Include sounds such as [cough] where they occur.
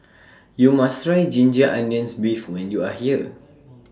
[noise] YOU must Try Ginger Onions Beef when YOU Are here